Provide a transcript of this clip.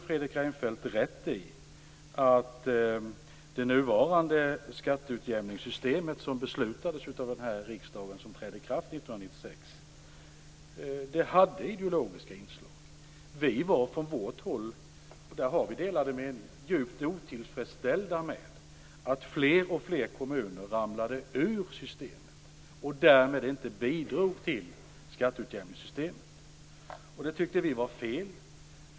Fredrik Reinfeldt har rätt i att det nuvarande skatteutjämningssystemet, som beslutades av riksdagen och som trädde i kraft 1996, hade ideologiska inslag. Vi var från vårt håll - och där har vi delade meningar - djupt otillfredsställda med att fler och fler kommuner ramlade ur systemet och därmed inte bidrog till skatteutjämningssystemet. Jag tyckte att det var fel.